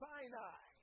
Sinai